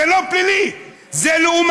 זה לא פלילי, זה לאומני.